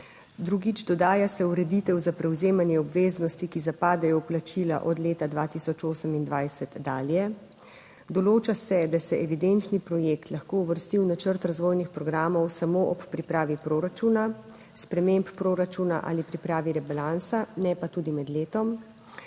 Drugič. Dodaja se ureditev za prevzemanje obveznosti, ki zapadejo v plačila od leta 2028 dalje. Določa se, da se evidenčni projekt lahko uvrsti v načrt razvojnih programov samo ob pripravi proračuna, sprememb proračuna ali pripravi rebalansa, ne pa tudi med letom.